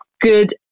good